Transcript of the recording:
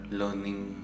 learning